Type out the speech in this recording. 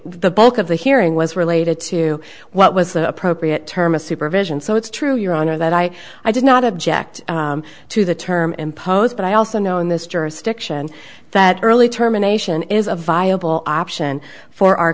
the bulk of the hearing was related to what was the appropriate term a supervision so it's true your honor that i i did not object to the term imposed but i also know in this jurisdiction that early terminations is a viable option for our